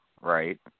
right